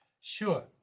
Sure